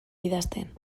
idazten